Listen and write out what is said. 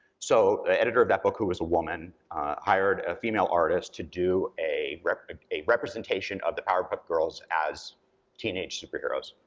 so the editor of that book who was a woman hired a female artist to do a a representation of the powerpuff girls as teenage superheros,